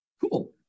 cool